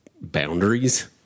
boundaries